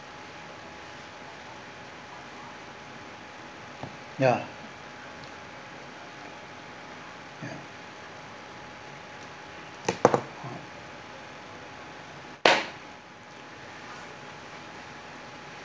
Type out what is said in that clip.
ya ya